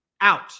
Out